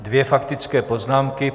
Dvě faktické poznámky.